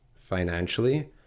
financially